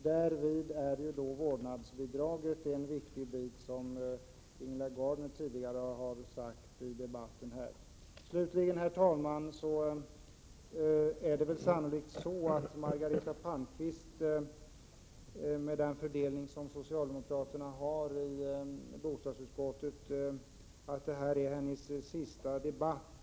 Därvid är vårdnadsbidraget en viktig del, som Ingela Gardner tidigare har sagt i debatten. Herr talman! Med den arbetsfördelning som socialdemokraterna brukar ha i bostadsutskottet är detta sannolikt Margareta Palmqvists sista bostadsdebatt.